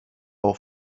auch